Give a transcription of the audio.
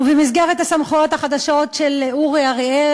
ובמסגרת הסמכויות החדשות של אורי אריאל,